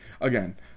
again